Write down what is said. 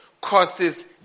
causes